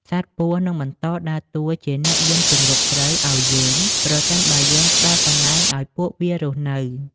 សត្វពស់នឹងបន្តដើរតួជាអ្នកយាមជង្រុកស្រូវឱ្យយើង ប្រសិនបើយើងផ្តល់កន្លែងឱ្យពួកវារស់នៅ។